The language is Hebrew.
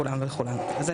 ולכולן,